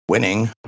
Winning